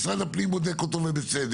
משרד הפנים בודק אותו ובצדק,